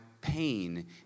pain